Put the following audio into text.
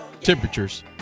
temperatures